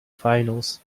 finals